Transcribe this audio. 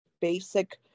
basic